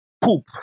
Poop